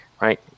right